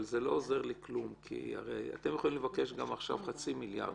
אבל זה לא עוזר לי כלום כי הרי אתם יכולים לבקש עכשיו גם חצי מיליארד.